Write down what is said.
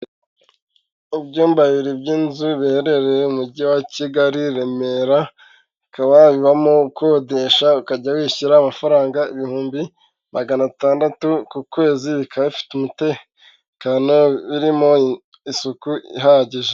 Ibyumba bibiri by'inzu biherereye mu mujyi wa Kigali, Remera, ukaba wabibamo ukodesha, ukajya wishyura amafaranga ibihumbi magana atandatu ku kwezi, bikaba bifite umutekano, birimo isuku ihagije.